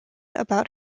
about